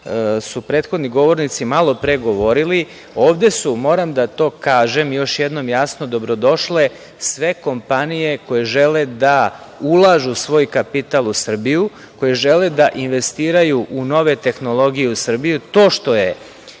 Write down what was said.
su prethodni govornici malo pre govorili, ovde su, moram da to kažem još jednom jasno, dobrodošle sve kompanije koje žele da ulažu svoj kapital u Srbiju, koje žele da investiraju u nove tehnologije u Srbiju. To što je